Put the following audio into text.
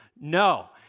No